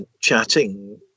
chatting